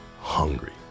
hungry